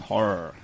Horror